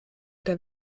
der